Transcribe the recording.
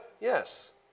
Yes